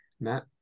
matt